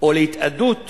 או להתאדוּת